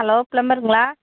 hello பிளம்பருங்களா